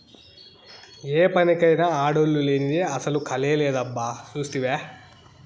ఏ పనికైనా ఆడోల్లు లేనిదే అసల కళే లేదబ్బా సూస్తివా